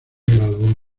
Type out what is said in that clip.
graduó